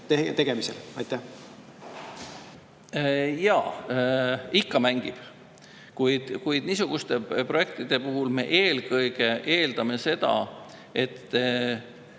selleks laenu võtma. Jaa, ikka mängib. Kuid niisuguste projektide puhul me eelkõige eeldame, et